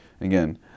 Again